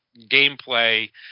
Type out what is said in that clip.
gameplay